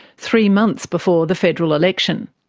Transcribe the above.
three months before the federal election.